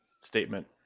statement